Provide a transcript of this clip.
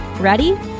Ready